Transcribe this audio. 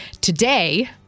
Today